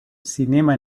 cinema